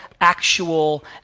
actual